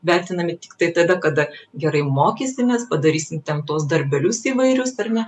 vertinami tiktai tada kada gerai mokysimės padarysim ten tuos darbelius įvairius ar ne